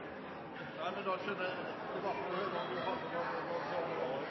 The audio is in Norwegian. det SV var med på